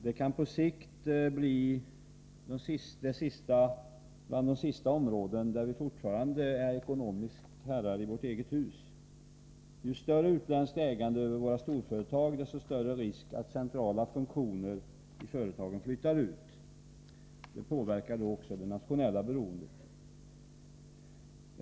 Det kan på sikt bli ett av de sista områden där vi i ekonomiskt avseende är herrar i vårt eget hus. Ju större utländskt ägande i våra storföretag, desto större risk för att centrala funktioner i företagen flyttas ut. Det påverkar då också det nationella oberoendet.